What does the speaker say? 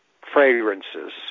fragrances